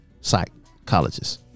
psychologists